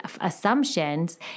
assumptions